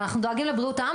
ואנחנו דואגים לבריאות העם,